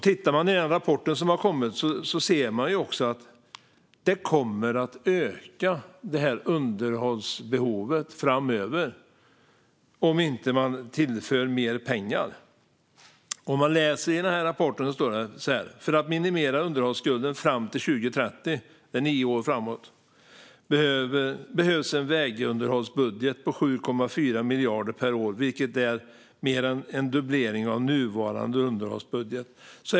Tittar man i den rapport som har kommit ser man att underhållsbehovet kommer att öka framöver om man inte tillför mer pengar. I rapporten står det: För att minimera underhållsskulden fram till 2030 - det är nio år framåt - behövs en vägunderhållsbudget på 7,4 miljarder per år, vilket är mer än en dubblering av nuvarande underhållsbudget.